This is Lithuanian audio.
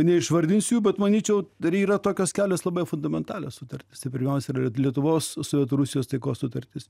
neišvardinsiu bet manyčiau yra tokios kelios labai jau fundamentalios sutartys tai pirmiausia yra lietuvos sovietų rusijos taikos sutartis